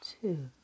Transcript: two